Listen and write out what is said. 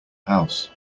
house